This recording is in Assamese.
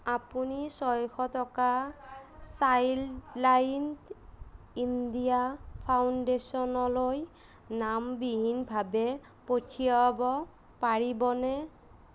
আপুনি ছয়শ টকা চাইল্ড লাইন ইণ্ডিয়া ফাউণ্ডেশ্যন লৈ নামবিহীনভাৱে পঠিয়াব পাৰিবনে